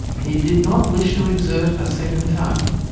he did not wish to exert a second time.